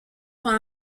soit